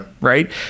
Right